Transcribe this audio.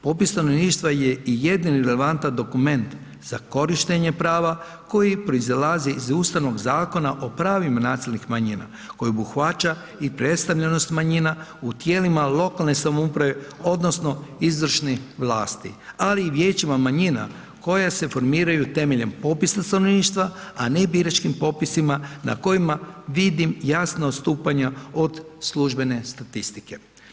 Popis stanovništva je i jedini relevantan dokument za korištenje prava koji proizilazi iz Ustavnog zakona o pravima nacionalnih manjina koji obuhvaća i predstavljenost manjima u tijelima lokalne samouprave odnosno izvršnih vlasti, ali i vijećima manjina koje se formiraju temeljem popisa stanovništva, a ne biračkim popisima na kojima vidim jasno odstupanja od službene statistike.